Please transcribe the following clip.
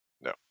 No